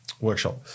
workshop